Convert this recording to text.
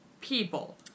people